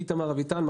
אני איתמר אביטן,